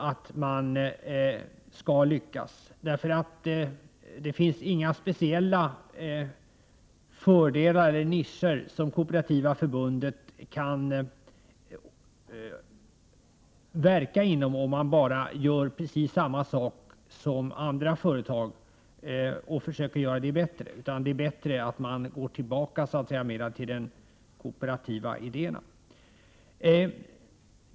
Det finns inte några speciella nischer som Kooperativa förbundet kan verka inom, om man bara försöker göra bättre det som alla andra företag gör. Då är det bättre att gå tillbaka till de kooperativa idéerna.